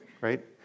right